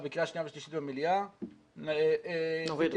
בקריאה שנייה ושלישית במליאה -- נוריד אותו.